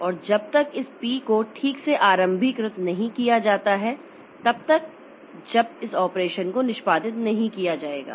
और जब तक इस पी को ठीक से आरंभीकृत नहीं किया जाता है तब तक जब इस ऑपरेशन को निष्पादित नहीं किया जाएगा